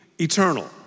eternal